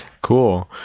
Cool